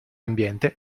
ambiente